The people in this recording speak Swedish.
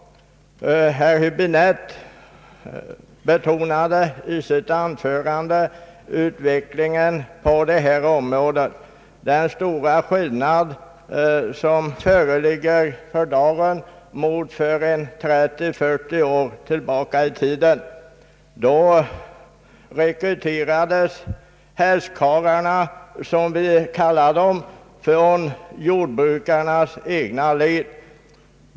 Herr Höäbinette betonade i sitt anförande den starka utveckling som ägt rum på detta område. För 30—40 år sedan rekryterades hästkarlarna, som vi kallar dem, från jordbrukarnas egna led.